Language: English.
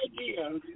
idea